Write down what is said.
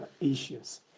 issues